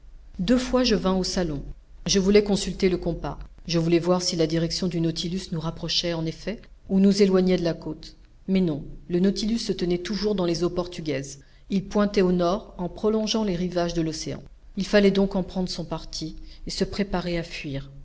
deux fois je vins au salon je voulais consulter le compas je voulais voir si la direction du nautilus nous rapprochait en effet ou nous éloignait de la côte mais non le nautilus se tenait toujours dans les eaux portugaises il pointait au nord en prolongeant les rivages de l'océan il fallait donc en prendre son parti et se préparer à fuir